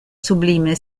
sublime